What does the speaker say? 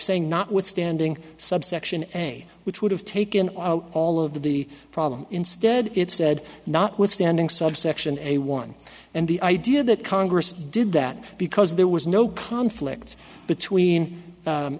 saying notwithstanding subsection any which would have taken all of the problem instead it said notwithstanding subsection a one and the idea that congress did that because there was no conflict between